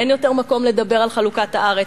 אין יותר מקום לדבר על חלוקת הארץ,